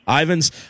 Ivans